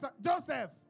Joseph